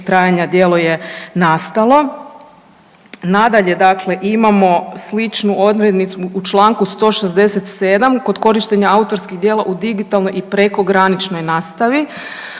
trajanja djelo je nastalo. Nadalje, dakle imamo sličnu odrednicu u čl. 167. kod korištenja autorskih djela u digitalnoj i prekograničnoj nastavi.